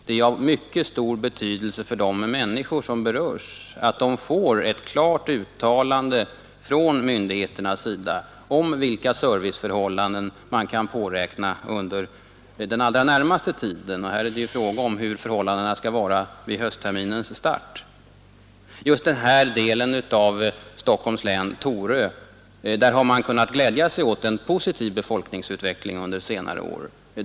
Det är av mycket stor betydelse för de människor som berörs att de får ett klart uttalande från myndigheternas sida om vilka serviceförhållanden man kan påräkna under den allra närmaste tiden, och här är det ju fråga om hur förhållandena skall vara vid höstterminens start. Just i den här delen av Stockholms län, Torö, har man kunnat glädja sig åt en positiv befolkningsutveckling under senare år.